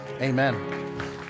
amen